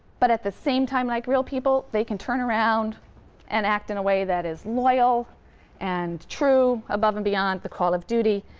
but at the same time like real people, they can turn around and act in a way that is loyal and true above and beyond the call of duty.